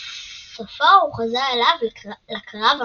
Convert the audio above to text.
ובסופו הוא חוזר אליו לקרב המכריע.